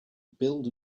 build